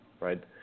right